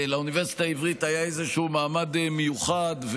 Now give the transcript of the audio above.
לאוניברסיטה העברית היה איזה מעמד מיוחד,